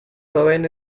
joven